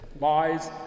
lies